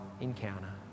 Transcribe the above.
encounter